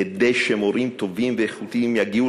כדי שמורים טובים ואיכותיים יגיעו